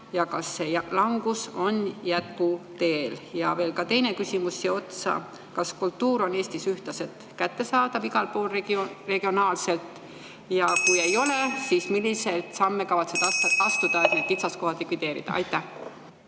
Kas see langus on jätkuteel? Ja veel ka teine küsimus siia otsa. Kas kultuur on Eestis ühtlaselt kättesaadav igal pool? Kui ei ole, siis milliseid samme kavatsed astuda, et need kitsaskohad likvideerida? Suur